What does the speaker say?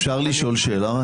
אפשר לשאול שאלה?